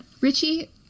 Richie